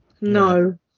No